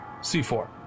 C4